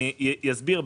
אני אסביר.